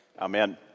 Amen